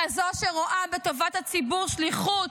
כזו שרואה בטובת הציבור שליחות,